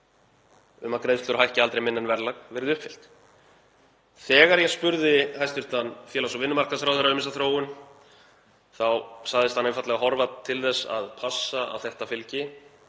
um að greiðslur hækki aldrei minna en verðlag verið uppfyllt. Þegar ég spurði hæstv. félags- og vinnumarkaðsráðherra um þessa þróun þá sagðist hann einfaldlega horfa til þess að passa að þetta fylgi